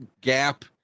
gap